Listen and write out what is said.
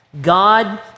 God